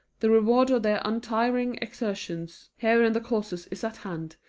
the reward of their untiring exertions here in the courses is at hand,